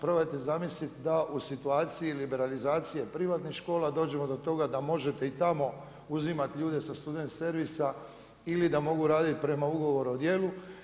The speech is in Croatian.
Probajte zamislit da u situaciji liberalizacije privatnih škola dođemo do toga da možete i tamo uzimat ljude sa student servisa ili da mogu raditi prema ugovoru o djelu.